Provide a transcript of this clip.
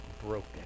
broken